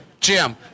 Jim